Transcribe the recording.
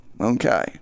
Okay